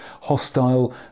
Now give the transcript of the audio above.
hostile